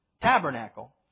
tabernacle